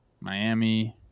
Miami